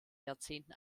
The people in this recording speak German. jahrzehnten